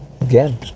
again